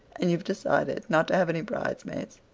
and you've decided not to have any bridesmaid?